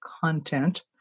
content